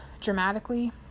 dramatically